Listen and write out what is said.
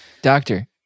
Doctor